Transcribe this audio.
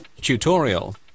Tutorial